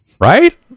Right